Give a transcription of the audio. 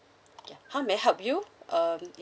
how may I help you um